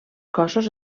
cossos